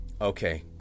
Okay